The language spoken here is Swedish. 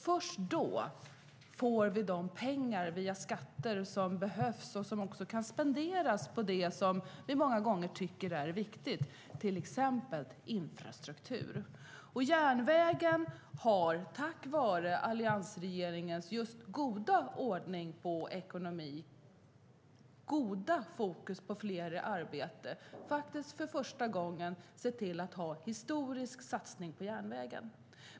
Först då får vi de pengar via skatter som behövs och som också kan spenderas på det som vi många gånger tycker är viktigt, till exempel infrastruktur. Tack vare alliansregeringens goda ordning på ekonomin och goda fokus på fler i arbete har man faktiskt för första gången sett till att göra en historisk satsning på järnvägen.